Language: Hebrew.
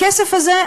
הכסף הזה,